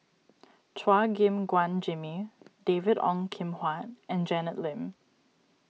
Chua Gim Guan Jimmy David Ong Kim Huat and Janet Lim